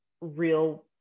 real